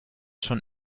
schon